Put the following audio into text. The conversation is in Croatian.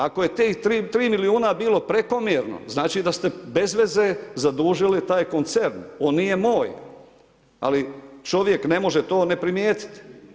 Ako je tih 3 milijuna bilo prekomjerno, znači da ste bezveze zadužili taj koncern, on nije moj, ali čovjek ne može to ne primijetit.